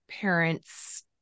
parents